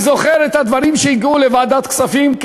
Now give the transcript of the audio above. וכחבר ועדת הכספים אני זוכר את הדברים שהגיעו לוועדת הכספים.